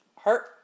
Hurt